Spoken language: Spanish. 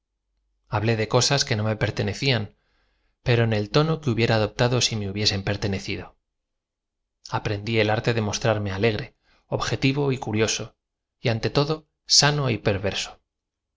hablé de cosas que no me pertenecían pero en el tono que hubiera adoptado sí me hubiesen per tenecido aprendí el a rte de mostrarme alegre objetíto y curioso y ante todo sano y perverso